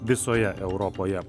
visoje europoje